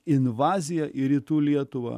invaziją į rytų lietuvą